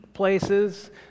places